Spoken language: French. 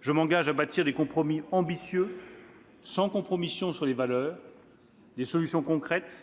Je m'engage à bâtir des compromis ambitieux sans compromission sur les valeurs, des solutions concrètes,